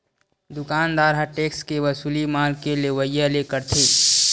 दुकानदार ह टेक्स के वसूली माल के लेवइया ले करथे